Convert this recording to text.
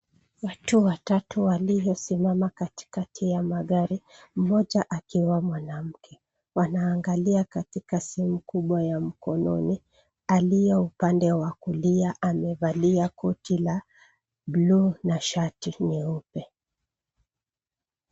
Watu watatu waliosimama katikati ya magari, mmoja akiwa mwanamke. Wanaangalia katika sehemu kubwa ya mkononi. Aliye upande wa kulia amevalia koti la blue na shati nyeupe.